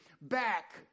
back